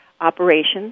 operations